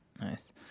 Nice